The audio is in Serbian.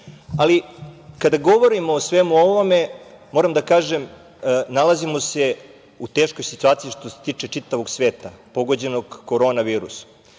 kada govorimo o svemu ovome moram da kažem nalazimo se u teškoj situaciji što se tiče čitavog sveta, pogođenog korona virusom.